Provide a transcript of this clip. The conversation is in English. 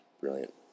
Brilliant